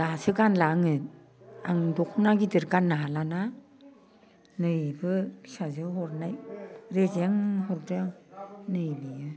दासो गानला आङो आं दख'ना गिदिर गाननो हालाना नै इबो फिसाजो हरनाय रेजें हरदो नै बेयो